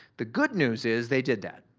the good news is they did that.